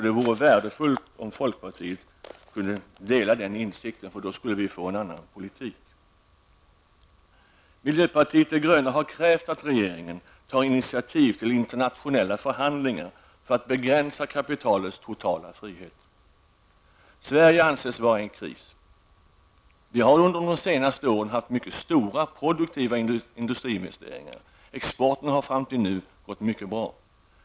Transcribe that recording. Det vore värdefullt om folkpartiet kunde dela denna insikt, för då skulle man föra en helt annan politik. Miljöpartiet de gröna har krävt att regeringen tar initiativ till internationella förhandlingar för att begränsa kapitalets totala frihet. Sverige anses vara i ekonomisk kris. Vi har under de senaste åren haft mycket stora och produktiva industriinvesteringar. Exporten har fram till nu gått mycket bra.